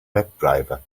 webdriver